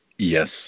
Yes